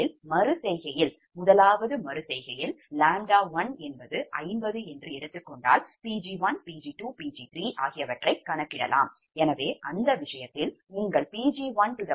முதல் மறு செய்கையில் 𝜆 50 என்று எடுத்துக் கொண்டால் 𝑃𝑔1 𝑃𝑔2 𝑃𝑔3 ஆகியவற்றைக் கணக்கிடுங்கள்எனவே அந்த விஷயத்தில் உங்கள் Pg1150 412X0